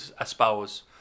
espouse